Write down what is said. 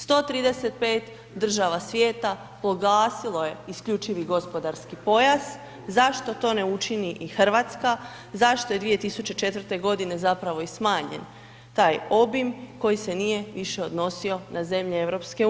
135 država svijeta proglasilo je isključivi gospodarski pojas, zašto to ne učini i Hrvatska, zašto je 2004. godine zapravo i smanjen taj obim koji se nije više odnosio na zemlje EU?